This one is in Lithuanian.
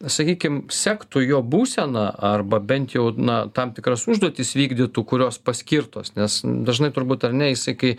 sakykim sektų jo būseną arba bent jau na tam tikras užduotis vykdytų kurios paskirtos nes dažnai turbūt ar ne jisai kai